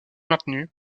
maintenue